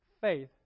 faith